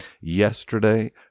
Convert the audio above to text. yesterday